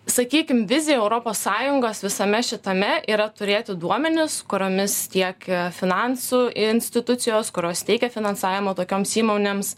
sakykim vizija europos sąjungos visame šitame yra turėti duomenis kuriomis tiek finansų institucijos kurios teikia finansavimą tokioms įmonėms